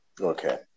Okay